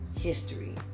history